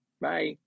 Bye